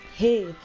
Hey